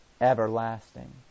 everlasting